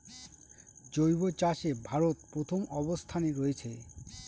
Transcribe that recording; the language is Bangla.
জৈব চাষে ভারত প্রথম অবস্থানে রয়েছে